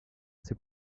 ses